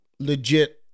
Legit